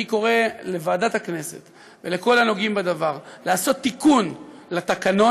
אני קורא לוועדת הכנסת ולכל הנוגעים בדבר לעשות תיקון לתקנון,